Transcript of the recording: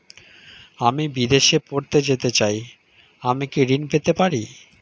আমি বিদেশে পড়তে যেতে চাই আমি কি ঋণ পেতে পারি?